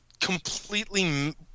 completely